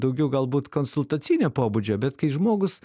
daugiau galbūt konsultacinio pobūdžio bet kai žmogus